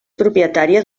propietària